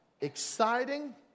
exciting